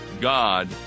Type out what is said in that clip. God